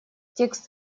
текст